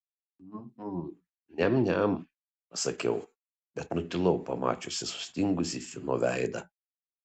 mm niam niam pasakiau bet nutilau pamačiusi sustingusį fino veidą